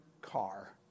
car